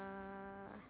err